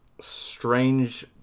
strange